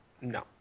no